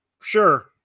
sure